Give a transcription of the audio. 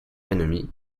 ennemi